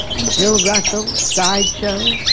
and bill russell, side show.